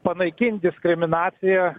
panaikint diskriminaciją